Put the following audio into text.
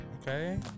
Okay